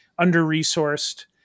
under-resourced